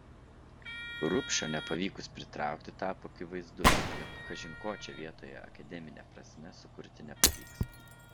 rubšio nepavykus pritraukti tapo akivaizdu jog kažin ko čia vietoje akademine prasme sukurti nepavyks